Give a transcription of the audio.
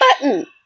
button